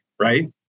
right